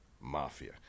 mafia